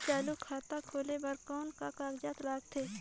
चालू खाता खोले बर कौन का कागजात लगथे?